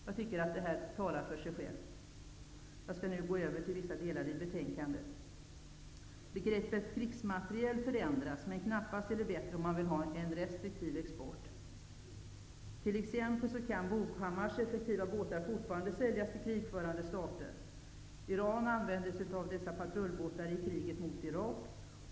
Jag tycker att detta talar för sig självt. Jag skall nu beröra vissa delar i betänkandet. Begreppet krigsmateriel förändras, men knappast till det bättre om man vill ha en restriktiv export. T.ex. kan Boghammars effektiva båtar fortfarande säljas till krigförande stater. Iran använde dessa patrullbåtar i kriget mot Irak.